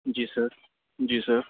جی sir ji سر